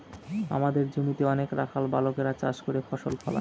আমাদের জমিতে অনেক রাখাল বালকেরা চাষ করে ফসল ফলায়